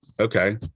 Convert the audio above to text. okay